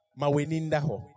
mawenindaho